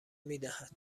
میدهد